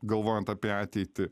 galvojant apie ateitį